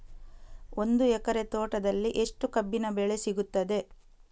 ಒಂದು ಎಕರೆ ತೋಟದಲ್ಲಿ ಎಷ್ಟು ಕಬ್ಬಿನ ಬೆಳೆ ಸಿಗುತ್ತದೆ?